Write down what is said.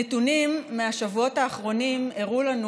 הנתונים מהשבועות האחרונים הראו לנו